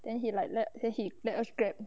then he like let say he let us get